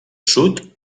sud